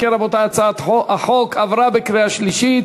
אם כן רבותי, הצעת החוק עברה בקריאה שלישית